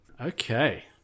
Okay